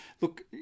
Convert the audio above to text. look